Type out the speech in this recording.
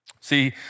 See